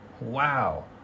Wow